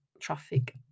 traffic